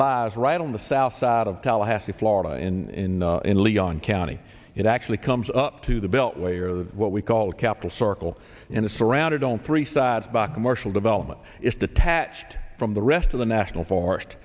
lies right on the southside of tallahassee florida in in leon county it actually comes up to the beltway or what we call a capital circle in the surrounded on three sides by commercial development is detached from the rest of the national forest